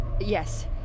Yes